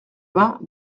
vingts